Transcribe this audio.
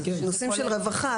נושאים של רווחה,